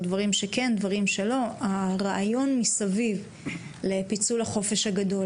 הרעיון לפיצול החופש הגדול,